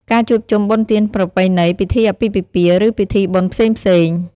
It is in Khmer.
ការជួបជុំបុណ្យទានប្រពៃណី ពិធីអាពាហ៍ពិពាហ៍ ឬពិធីបុណ្យផ្សេងៗ។